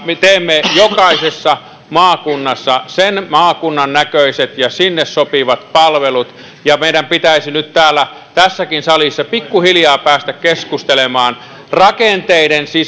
me teemme jokaisessa maakunnassa sen maakunnan näköiset ja sinne sopivat palvelut ja meidän pitäisi nyt tässäkin salissa pikkuhiljaa päästä keskustelemaan rakenteiden